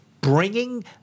bringing